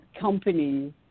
companies